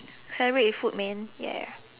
celebrate with food man ya